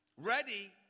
Ready